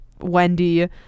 Wendy